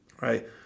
right